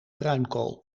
bruinkool